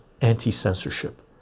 anti-censorship